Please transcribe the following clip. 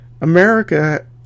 America